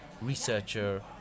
researcher